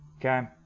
Okay